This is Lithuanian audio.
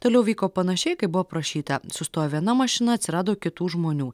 toliau vyko panašiai kaip buvo aprašyta sustojo viena mašina atsirado kitų žmonių